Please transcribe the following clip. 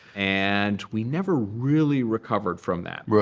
and we never really recovered from that.